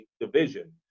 division